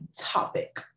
topic